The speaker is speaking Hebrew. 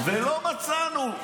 ולא מצאנו.